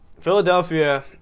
Philadelphia